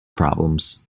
problems